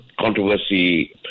controversy